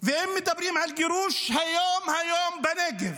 ואם מדברים על גירוש, היום, היום בנגב